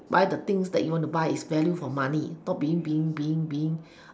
buy the things that you want to buy it's value for money not being being being being